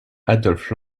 adolphe